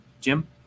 Jim